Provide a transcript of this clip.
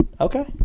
Okay